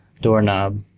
doorknob